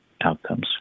outcomes